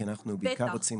כי אנחנו בעיקר רוצים